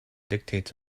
dictates